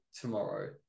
tomorrow